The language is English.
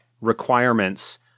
requirements